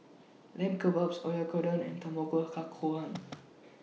Lamb Kebabs Oyakodon and Tamago Kake Gohan